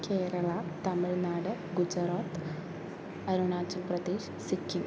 Kerala Tamil Nadu Gujarat Arunachal Pradesh Sikkim